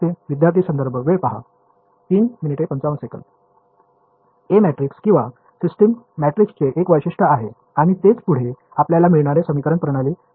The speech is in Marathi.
विद्यार्थीः ए मॅट्रिक्स किंवा सिस्टम मॅट्रिक्सचे एक वैशिष्ट्य आहे आणि तेच पुढे आपल्याला मिळणारे समीकरण प्रणाली प्रत्यक्षात विरळ आहे